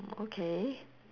okay